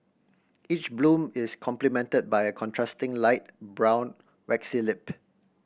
each bloom is complemented by a contrasting light brown waxy lip